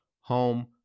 home